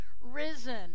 risen